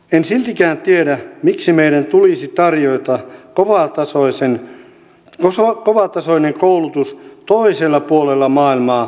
en siltikään tiedä miksi meidän tulisi tarjota kovatasoinen koulutus toiselta puolelta maailmaa tuleville ilmaiseksi